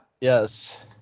Yes